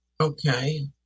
Okay